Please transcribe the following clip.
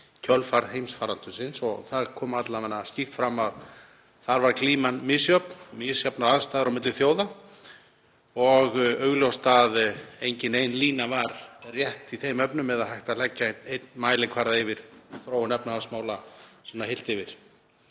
kjölfar heimsfaraldurs. Það kom alla vega skýrt fram að þar var glíman misjöfn, misjafnar aðstæður á milli þjóða og augljóst að engin ein lína var rétt í þeim efnum eða hægt að leggja einn mælikvarða yfir þróun efnahagsmála heilt yfir.